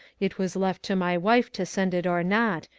it was left to my wife to send it or not,